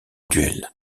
duel